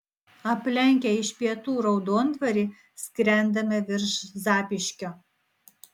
aplenkę iš pietų raudondvarį skrendame virš zapyškio